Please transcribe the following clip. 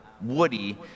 Woody